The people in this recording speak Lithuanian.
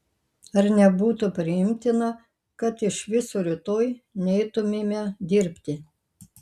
ar nebūtų priimtina kad iš viso rytoj neitumėme dirbti